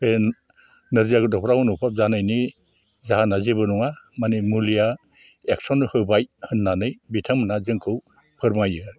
बे नोरजिया गथ'फ्रा अनुभब जानायनि जाहोना जेबो नङा माने मुलिया एकसन होबाय होननानै बिथांमोनहा जोंखौ फोरमायो